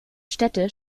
städte